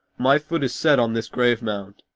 my foot is set on this grave-mound,